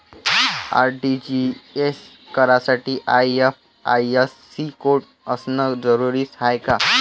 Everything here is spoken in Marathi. आर.टी.जी.एस करासाठी आय.एफ.एस.सी कोड असनं जरुरीच हाय का?